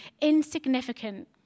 insignificant